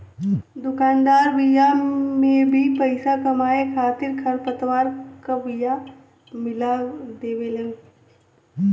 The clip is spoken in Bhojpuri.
दुकानदार बिया में भी पईसा कमाए खातिर खरपतवार क बिया मिला देवेलन